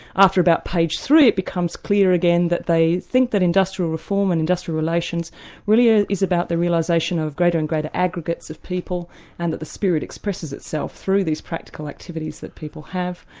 after about page three it becomes clear again that they think that industrial reform and industrial relations really ah is about the realisation of greater and greater aggregates of people and that the spirit expresses itself through these practical activities that people have,